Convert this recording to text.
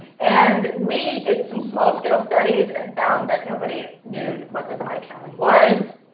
and we did some small scale studies and found that nobody knew what this icon was.